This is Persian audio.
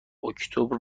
اکتبر